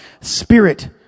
Spirit